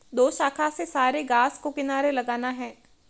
दोशाखा से सारे घास को किनारे लगाना है